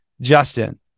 Justin